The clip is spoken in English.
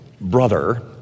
brother